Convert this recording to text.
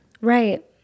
right